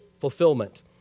fulfillment